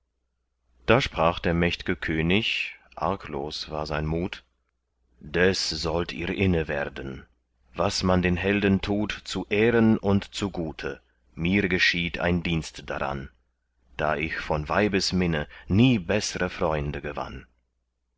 da sprach der mächtge könig arglos war sein mut des sollt ihr inne werden was man den helden tut zu ehren und zu gute mir geschieht ein dienst daran da ich von weibesminne nie beßre freunde gewann